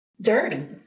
dirty